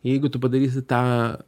jeigu tu padarysi tą